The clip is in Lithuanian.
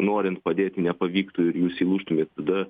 norint padėt nepavyktų ir jūs įlūžtumėt tada